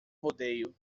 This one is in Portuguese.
rodeio